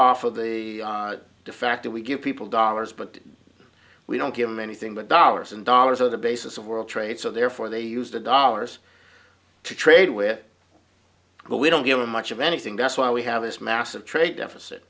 off of the defect that we give people dollars but we don't give them anything but dollars and dollars are the basis of world trade so therefore they use the dollars to trade with but we don't give them much of anything that's why we have this massive trade deficit